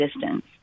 distance